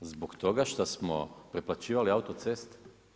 Zbog toga šta smo preplaćivali autoceste?